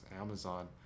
Amazon